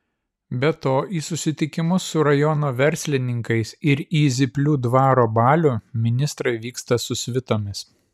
be to į susitikimus su rajono verslininkais ir į zyplių dvaro balių ministrai vyksta su svitomis